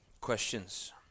questions